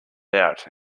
out